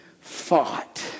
Fought